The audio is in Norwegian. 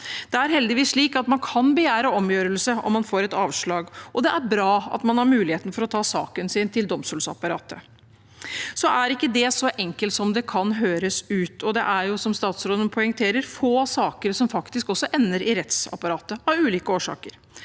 Det er heldigvis slik at man kan begjære omgjørelse om man får et avslag, og det er bra at man har mulighet til å ta saken sin til domstolsapparatet, men det er ikke så enkelt som det kan høres ut. Det er jo, som statsråden poengterer, få saker som faktisk ender i rettsapparatet, av ulike årsaker.